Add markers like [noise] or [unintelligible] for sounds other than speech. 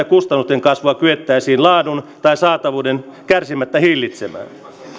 [unintelligible] kustannusten kasvua kyettäisiin laadun tai saatavuuden kärsimättä hillitsemään